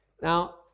now